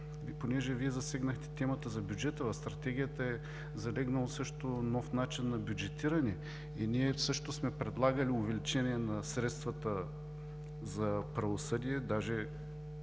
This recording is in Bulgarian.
като Вие засегнахте темата за бюджета, в Стратегията е залегнал нов начин на бюджетиране и ние също сме предлагали увеличение на средствата за правосъдие, даже